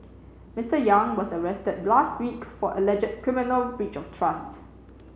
Mister Yang was arrested last week for alleged criminal breach of trust